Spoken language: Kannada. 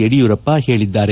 ಯಡಿಯೂರಪ್ಪ ಹೇಳಿದ್ದಾರೆ